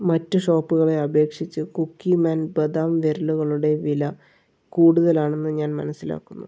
മറ്റ് ഷോപ്പുകളെ അപേക്ഷിച്ച് കുക്കിമാൻ ബദാം വിരലുകളുടെ വില കൂടുതലാണെന്ന് ഞാൻ മനസ്സിലാക്കുന്നു